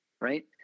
right